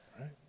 right